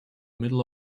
middle